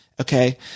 okay